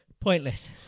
Pointless